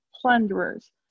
plunderers